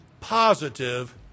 positive